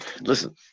listen